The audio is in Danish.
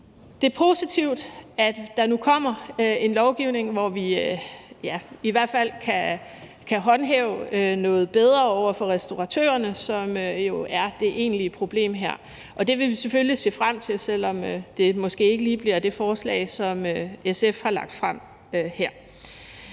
Det er positivt, at der nu kommer en lovgivning, som vi i hvert fald kan håndhæve noget bedre over for restauratørerne, som jo er det egentlige problem her. Og det vil vi selvfølgelig se frem til, selv om det måske ikke lige bliver det forslag, som SF har lagt frem her.